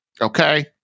Okay